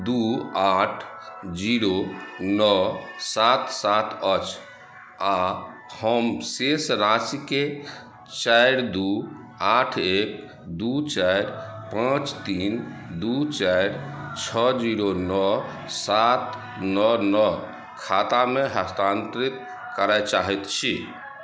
दू आठ जीरो नओ सात सात अछि आ हम शेष राशिके चारि दू आठ एक दू चारि पाँच तीन दू चारि छओ जीरो नओ सात नओ नओ खातामे हस्तानांतरित करय चाहैत छी